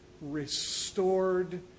restored